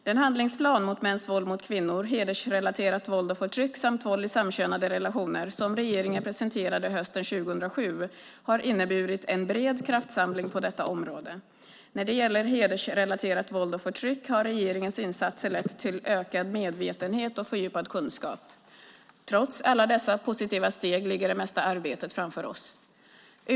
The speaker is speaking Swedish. Den handlingsplan mot mäns våld mot kvinnor, hedersrelaterat våld och förtryck samt våld i samkönade relationer som regeringen presenterade hösten 2007 har inneburit en bred kraftsamling på detta område. När det gäller hedersrelaterat våld och förtryck har regeringens insatser lett till ökad medvetenhet och fördjupad kunskap. Trots alla dessa positiva steg ligger det mesta arbetet framför oss.